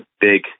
big